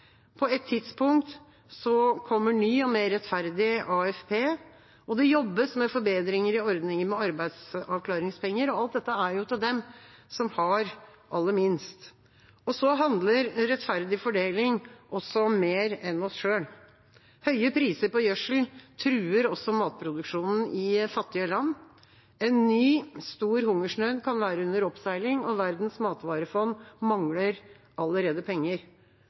På et tidspunkt kommer ny og mer rettferdig AFP, og det jobbes med forbedringer i ordninger med arbeidsavklaringspenger. Alt dette er til dem som har aller minst. Rettferdig fordeling handler om mer enn oss selv. Høye priser på gjødsel truer også matproduksjonen i fattige land. En ny stor hungersnød kan være under oppseiling, og Verdens matvarefond mangler allerede penger.